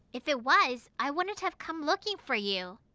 if it was, i wouldn't have come looking for you.